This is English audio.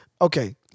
okay